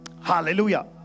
hallelujah